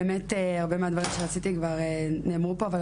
הרבה מהדברים שרציתי לומר כבר נאמרו פה אבל